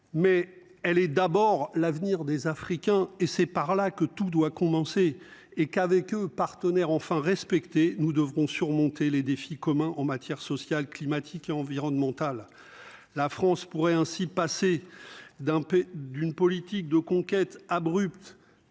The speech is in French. Mais elle est d'abord l'avenir des Africains et c'est par là que tout doit commencer et qu'avec eux partenaire enfin respecter nous devrons surmonter les défis communs en matière sociale climatiques et environnementales. La France pourrait ainsi passer. D'un peu d'une politique de conquête abrupte.